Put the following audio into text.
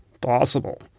possible